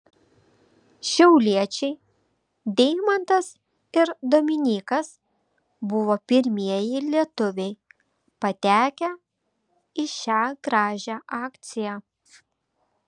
šiauliečiai deimantas ir dominykas buvo pirmieji lietuviai patekę į šią gražią akciją